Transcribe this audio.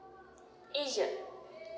asia